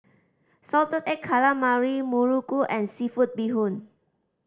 salted egg calamari muruku and seafood bee hoon